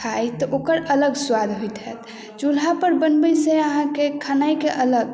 खाइ तऽ ओकर अलग स्वाद होइत हैत चूल्हापर बनबैसँ अहाँके खेनाइके अलग